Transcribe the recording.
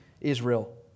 Israel